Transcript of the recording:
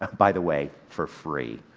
by the way, for free.